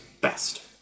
best